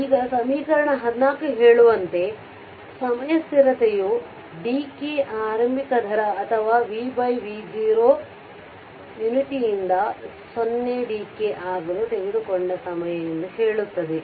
ಈಗ ಸಮೀಕರಣ 14 ಹೇಳುವಂತೆ ಸಮಯ ಸ್ಥಿರತೆಯು ಡಿಕೇdecay τ ಆರಂಭಿಕ ದರ ಅಥವಾ vv0 ಯುನಿಟಿಯಿಂದ 0 ಗೆ ಡಿಕೇ ಆಗಲು ತೆಗೆದುಕೊಂಡ ಸಮಯ ಎಂದು ಹೇಳುತ್ತದೆ